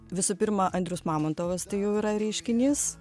visų pirma andrius mamontovas tai jau yra reiškinys